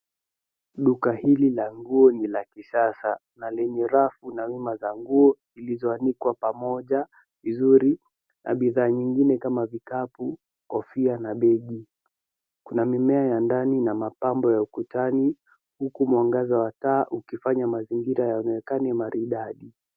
Duka hili la nguo ni la kisasa na lenye rafu na wima za nguo zilizoanikwa pamoja vizuri na bidhaa nyingine kama vikapu, kofia na begi. Kuna mimea ya ndani na mapambo ya ukutani huku mwangaza wa taa ukifanya mazingira yaonekane maridadi.